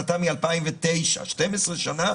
מאז יש צורך